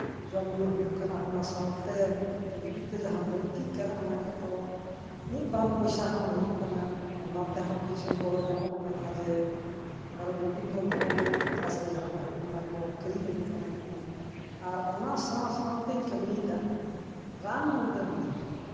ᱡᱚᱢ ᱧᱩ ᱦᱩᱭᱩᱜ ᱠᱟᱱᱟ ᱚᱱᱟ ᱥᱟᱶᱛᱮ ᱩᱫᱽᱵᱤᱫᱽ ᱡᱟᱦᱟᱸ ᱵᱟᱹᱲᱛᱤᱜ ᱠᱟᱱᱟ ᱚᱱᱟ ᱠᱚᱫᱚ ᱢᱤᱫ ᱵᱟᱨ ᱯᱚᱭᱥᱟ ᱦᱚᱸ ᱦᱩᱭᱩᱜ ᱠᱟᱱᱟ ᱚᱱᱟ ᱛᱮᱦᱚᱸ ᱠᱤᱪᱷᱩ ᱜᱚᱲᱚ ᱧᱟᱢᱚᱜ ᱠᱟᱱᱟ ᱡᱮ ᱟᱨᱚ ᱵᱤᱵᱷᱤᱱᱱᱚ ᱫᱷᱚᱨᱚᱱ ᱨᱮᱱᱟᱜ ᱪᱟᱥ ᱨᱮ ᱡᱟᱦᱟᱸ ᱵᱟᱝ ᱦᱩᱭᱩᱜ ᱠᱟᱱᱟ ᱚᱱᱟ ᱠᱚ ᱠᱤᱨᱤᱧ ᱟᱹᱜᱩ ᱜᱟᱱᱚᱜ ᱠᱟᱱᱟ ᱟᱨ ᱚᱱᱟ ᱥᱟᱶ ᱥᱟᱶᱛᱤᱧ ᱠᱟᱹᱢᱤᱭᱮᱫᱟ ᱨᱟᱱ ᱢᱩᱨᱜᱟᱹᱱ ᱠᱚᱦᱚᱸᱧ ᱠᱚᱴᱮᱡᱟ